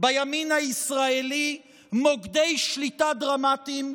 בימין הישראלי מוקדי שליטה דרמטיים,